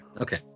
Okay